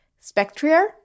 Spectrier